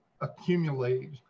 accumulate